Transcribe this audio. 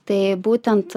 tai būtent